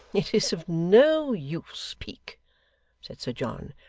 it is of no use, peak said sir john,